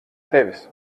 tevis